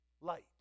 light